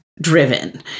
driven